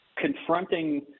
confronting